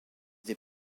des